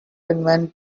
invent